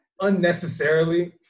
Unnecessarily